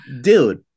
dude